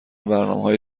برنامههای